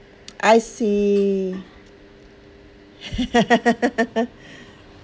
I see